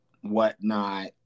whatnot